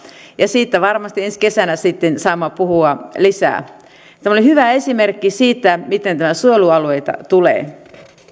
ja siitä varmasti ensi kesänä sitten saamme puhua lisää tämä oli hyvä esimerkki siitä miten näitä suojelualueita tulee